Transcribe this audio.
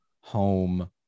home